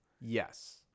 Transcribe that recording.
Yes